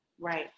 right